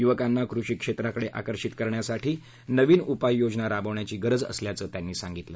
युवकांना कृषी क्षेत्राकडे आकर्षित करण्यासाठी नवीन उपाययोजना राबवण्याची गरज असल्याचं ते म्हणाले